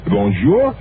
Bonjour